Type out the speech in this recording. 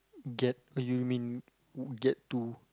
get oh you mean get to